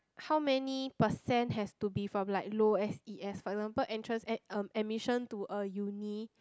how many percent has to be from like low S_E_S for example entrance eh admission to a uni